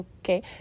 Okay